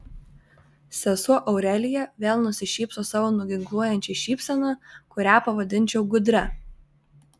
sesuo aurelija vėl nusišypso savo nuginkluojančia šypsena kurią pavadinčiau gudria